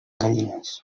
gallines